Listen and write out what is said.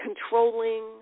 controlling